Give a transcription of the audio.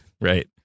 Right